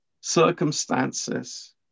circumstances